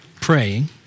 praying